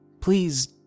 Please